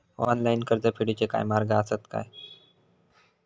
Online कर्ज फेडूचे काय मार्ग आसत काय?